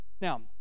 Now